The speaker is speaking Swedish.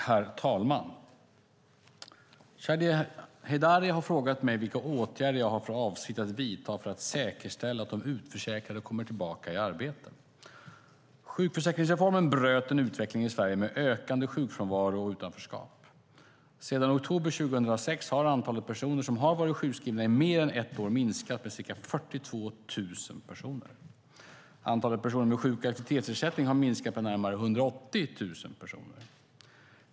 Herr talman! Shadiye Heydari har frågat mig vilka åtgärder jag har för avsikt att vidta för att säkerställa att de utförsäkrade kommer tillbaka i arbete. Sjukförsäkringsreformen bröt en utveckling i Sverige med ökande sjukfrånvaro och utanförskap. Sedan oktober 2006 har antalet personer som har varit sjukskrivna i mer än ett år minskat med cirka 42 000. Antalet personer med sjuk eller aktivitetsersättning har minskat med närmare 180 000.